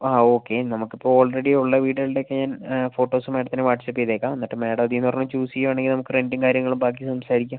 ആ ഓക്കെ നമുക്കിപ്പോൾ ഓൾറെഡി ഉള്ള വീടുകളുടെയൊക്കെ ഫോട്ടോസ് മാഡത്തിന് വാട്സപ്പ് ചെയ്തേക്കാം എന്നിട്ട് മാഡം ഇതിൽനിന്ന് ചൂസ് ചെയ്യുവാണെങ്കിൽ നമുക്ക് റെന്റും കാര്യങ്ങളും ബാക്കി സംസാരിക്കാം